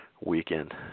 weekend